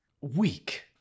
Weak